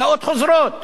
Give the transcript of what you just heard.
הקאות חוזרות.